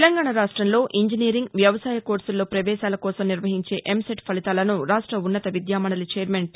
తెలంగాణ రాష్ట్ంలో ఇంజినీరింగ్ వ్యవసాయ కోర్సుల్లో పవేశాలకోసం నిర్వహించే ఎంసెట్ ఫలితాలను రాష్ష ఉన్నత విద్యామండలి చైర్మన్ టి